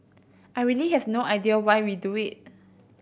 I really have no idea why we do it